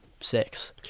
six